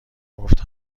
گفت